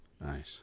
Nice